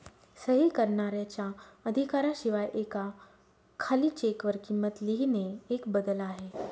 सही करणाऱ्याच्या अधिकारा शिवाय एका खाली चेक वर किंमत लिहिणे एक बदल आहे